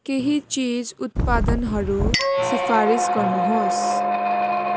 केही चिज उत्पादनहरू सिफारिस गर्नुहोस्